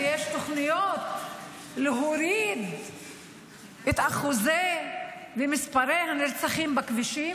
ויש תוכניות להוריד את אחוזי ומספרי הנרצחים בכבישים?